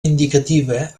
indicativa